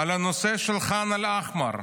על הנושא של ח'אן אל-אחמר.